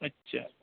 अच्छा